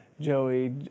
Joey